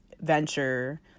venture